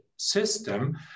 System